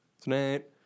tonight